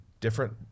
Different